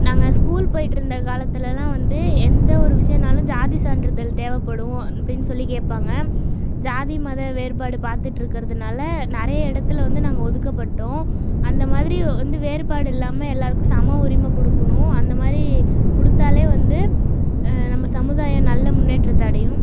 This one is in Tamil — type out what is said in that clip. நாங்கள் ஸ்கூல் போயிட்டுருந்த காலத்துலலாம் வந்து எந்த ஒரு விஷயனாலும் ஜாதி சான்றிதழ் தேவைப்படும் அப்படினு சொல்லி கேட்பாங்க ஜாதி மத வேறுபாடு பார்த்துட்டு இருக்கறதுனால நிறைய இடத்தில் வந்து நாங்கள் ஒதுக்க பட்டோம் அந்த மாதிரி வந்து வேறுபாடு இல்லாமல் எல்லாருக்கும் சம உரிமை கொடுக்குணும் அந்த மாதிரி கொடுத்தாலே வந்து நம்ம சமுதாயம் நல்ல முன்னேற்றத்தை அடையும்